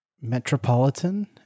Metropolitan